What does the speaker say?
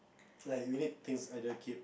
like we need things either keep